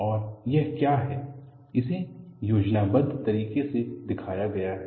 और यह क्या है इसे योजनाबद्ध तरीके से दिखाया गया है